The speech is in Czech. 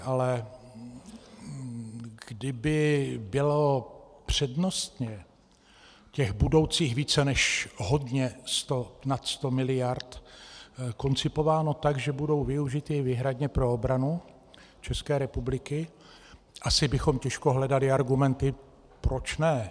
Ale kdyby bylo přednostně těch budoucích více než hodně sto, nad 100 miliard, koncipováno tak, že budou využity výhradně pro obranu České republiky, asi bychom těžko hledali argumenty proč ne.